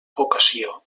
vocació